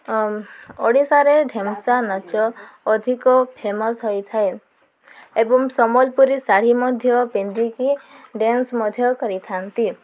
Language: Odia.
ଓଡ଼ିଶାରେ ଢେମ୍ସା ନାଚ ଅଧିକ ଫେମସ ହୋଇଥାଏ ଏବଂ ସମ୍ବଲପୁରୀ ଶାଢ଼ୀ ମଧ୍ୟ ପିନ୍ଧିକି ଡ୍ୟାନ୍ସ ମଧ୍ୟ କରିଥାନ୍ତି